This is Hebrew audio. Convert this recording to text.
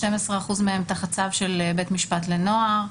12% מהם תחת צו של בית משפט לנוער.